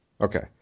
Okay